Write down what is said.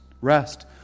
rest